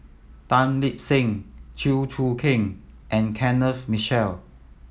Tan Lip Seng Chew Choo Keng and Kenneth Mitchell